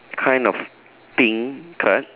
kind of pink card